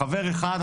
חבר אחד,